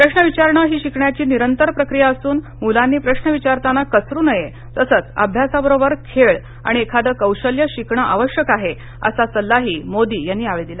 प्रश्न विचारण हि शिकण्याची निरंतर प्रक्रिया असून मुलांनी प्रश्न विचारताना कचरू नये तसच अभ्यासाबरोबर खेळ आणि एखादं कौशल्य शिकण आवश्यक आहे असा सल्लाही मोदी यांनी यावेळी दिला